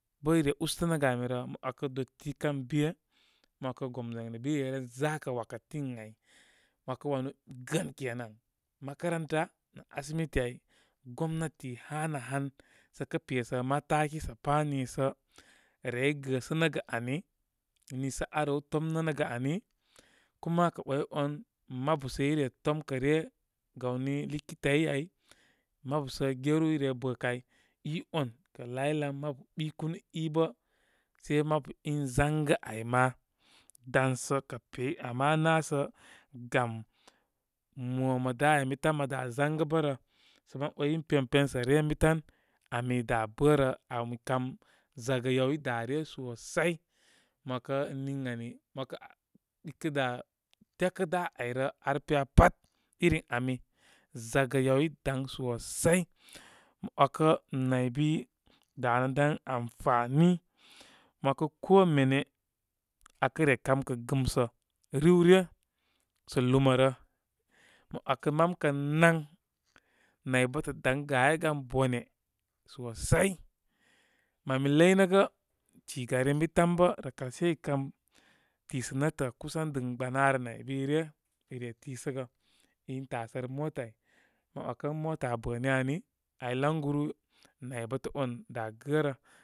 Bə' ire ustənə ami rə, mə 'wakə, doti kən be, mə 'wakə gemzwayne bə' i reren zakə wakati ə a'y. Mə 'wakə wanu gəən kenan. makaranta, nə asimiti ay gomnati hanəhan sə kə pesə mataki sə pa, niisə rey gəsənəgə ani, niisə arew, tomnənəgə ani. Kuma kə 'way'wan mabu sə ire tomkə' ryə gawni likitai ay, mabu sə geru i re bə' kə' ay. i on kə laylan mabu ɓikunu i bə se mabu in zaŋgə' ay ma, dan sə kə pey. Ama ana' sə gam mo mə da ay ən bi tan mə da zaŋgə bə rə, sə mən way i pempen sə' ryə ən bi tan, ami da' bə rə. Am kam zagə yaw i da' rya sosai. Mə 'wakə niŋ ani, mə 'wakə i kə' da tyakə da' abaryrə, ar piya pat irin ami, zagə yaw i daŋ sosai. Mə wakə naybi, danə dan amfani. Mə 'wakə ko mene akə re kamkə' giplusmsə riwryə sə' lumarə. Mə wakə mam kən nanturn, naybətə daŋ gaye gan bone sosai. Man mi ləy nəgə, cigari ən bi tan bə rəkal sai i kən tisə netə' kusan diplusn gbanaarə narbi rye ire tisəgə. in tasərə mota mə 'wakə ən mata ay bə' ni ani. Ay laŋguni, naybətə on də, gərə.